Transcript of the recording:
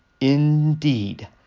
Indeed